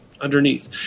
underneath